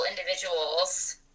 individuals